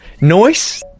Noise